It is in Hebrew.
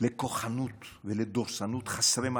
לכוחנות ולדורסנות חסרות מעצורים,